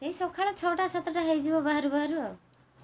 ସେଇ ସକାଳ ଛଅଟା ସାତଟା ହେଇଯିବ ବାହାରୁ ବାହାରୁ ଆଉ